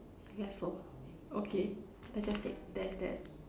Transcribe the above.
I guess so okay let's just take that as that